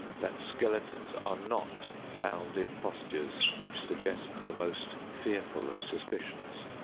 that skeletons are not found in postures which suggest the most fearful of suspicions.